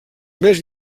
més